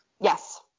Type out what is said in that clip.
Yes